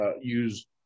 use